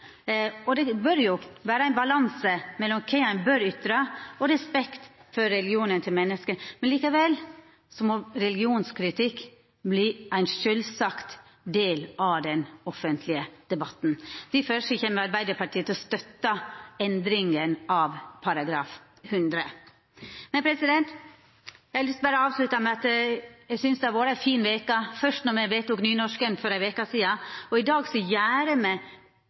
det jo bør vera ein balanse mellom kva ein bør ytra, og respekt for religionen til menneske, må likevel religionskritikk verta ein sjølvsagt del av den offentlege debatten. Difor kjem Arbeidarpartiet til å støtta endringa av § 100. Eg har lyst til å avslutta med å seia at eg synest det har vore ei fin veke, først da me vedtok nynorsken for ei veke sidan. I dag tek me